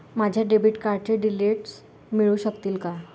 माझ्या डेबिट कार्डचे डिटेल्स मिळू शकतील का?